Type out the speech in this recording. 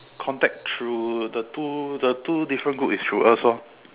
contact through the two the two different groups is through us orh